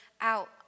out